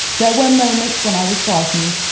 there were moments when i was frightened,